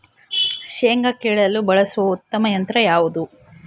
ಶೇಂಗಾ ಕೇಳಲು ಬಳಸುವ ಉತ್ತಮ ಯಂತ್ರ ಯಾವುದು?